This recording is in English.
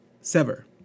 Sever